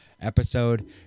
episode